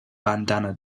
bandanna